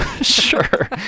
sure